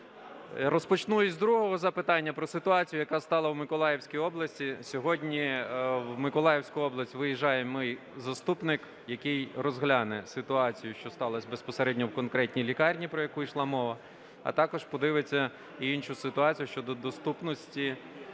Розпочну із другого запитання - про ситуацію, яка сталася в Миколаївській області. Сьогодні в Миколаївську область виїжджає мій заступник, який розгляне ситуацію, що сталась безпосередньо в конкретній лікарні, про яку йшла мова, а також подивиться і іншу ситуацію: щодо доступності